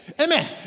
Amen